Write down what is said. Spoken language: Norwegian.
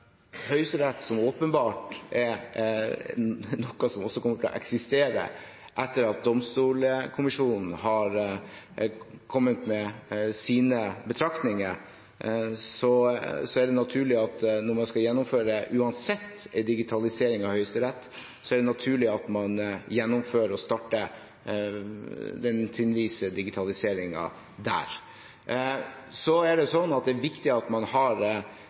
Høyesterett åpenbart kommer til å eksistere etter at Domstolkommisjonen har kommet med sine betraktninger. Så når man uansett skal gjennomføre en digitalisering av Høyesterett, er det naturlig at man gjennomfører og starter den trinnvise digitaliseringen der. Det er viktig at man har